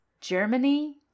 Germany